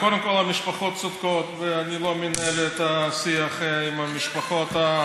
טוב, אני מציע ששר הביטחון ידבר ברצף,